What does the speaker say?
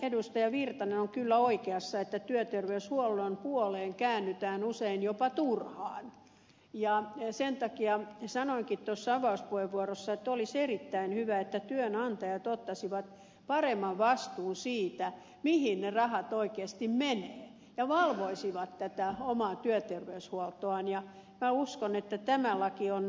erkki virtanen on kyllä oikeassa että työterveyshuollon puoleen käännytään usein jopa turhaan ja sen takia sanoinkin tuossa avauspuheenvuorossa että olisi erittäin hyvä että työnantajat ottaisivat paremman vastuun siitä mihin ne rahat oikeasti menevät ja valvoisivat tätä omaa työterveyshuoltoaan ja minä uskon että tämä laki on hyvä asia siihen suuntaan